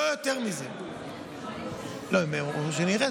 לא יותר מזה, הם אומרים שאני ארד?